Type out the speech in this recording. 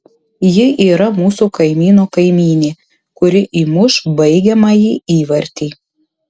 ji yra mūsų kaimyno kaimynė kuri įmuš baigiamąjį įvartį